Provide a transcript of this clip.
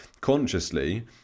consciously